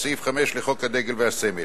או סעיף 5 לחוק הדגל והסמל.